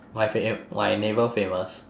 my fame my neighbour famous